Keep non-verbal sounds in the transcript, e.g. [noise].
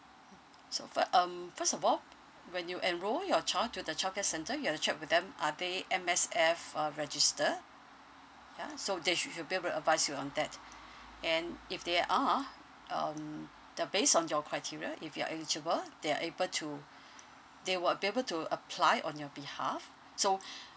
mm so fir~ um first of all when you enrol your child to the childcare centre you have to check with them are they M_S_F uh registered ya so they shou~ should be able to advise you on that and if they are um the based on your criteria if you're eligible they are able to [breath] they will uh be able to apply on your behalf so [breath]